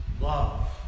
love